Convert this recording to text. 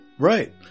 Right